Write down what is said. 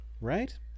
right